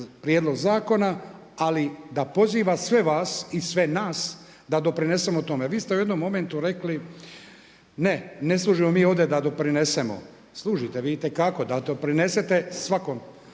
prijedlog zakona, ali da poziva sve vas i sve nas da doprinesemo tome. Vi ste u jednom momentu rekli, ne, ne služimo mi ovdje da doprinesemo. Služite vi itekako da to prinesete svakom